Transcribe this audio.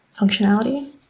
functionality